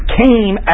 came